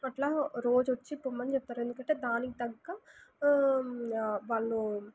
అట్లా రోజొచ్చి పొమ్మని చెప్తారు ఎందుకంటే దానికి తగ్గ వాళ్ళు